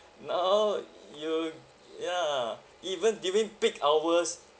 now you ya even during peak hours